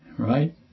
Right